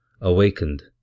awakened